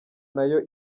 nayo